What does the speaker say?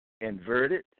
inverted